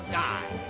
die